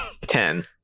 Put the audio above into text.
ten